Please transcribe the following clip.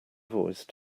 voice